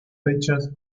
fechas